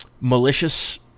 malicious